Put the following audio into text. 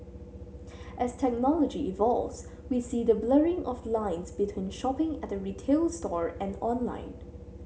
as technology evolves we see the blurring of lines between shopping at a retail store and online